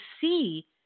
see